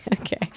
okay